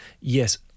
Yes